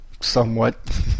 Somewhat